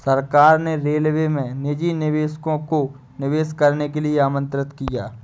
सरकार ने रेलवे में निजी निवेशकों को निवेश करने के लिए आमंत्रित किया